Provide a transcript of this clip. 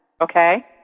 okay